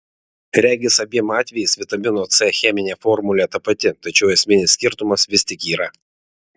regis abiem atvejais vitamino c cheminė formulė ta pati tačiau esminis skirtumas vis tik yra